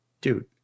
dude